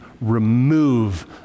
remove